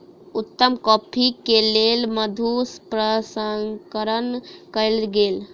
उत्तम कॉफ़ी के लेल मधु प्रसंस्करण कयल गेल